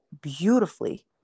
beautifully